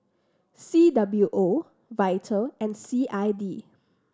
C W O Vital and C I D